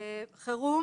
שבחירום